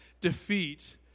defeat